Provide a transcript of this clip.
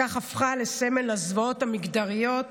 כך הפכה לסמל לזוועות המגדריות